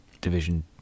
Division